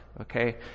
okay